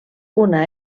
una